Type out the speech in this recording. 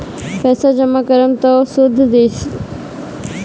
पैसा जमा करम त शुध कितना देही?